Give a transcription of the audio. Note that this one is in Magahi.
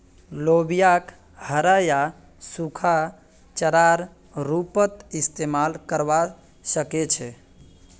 लोबियाक हरा या सूखा चारार रूपत इस्तमाल करवा सके छे